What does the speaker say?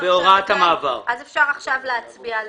אפשר עכשיו להצביע על